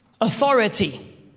authority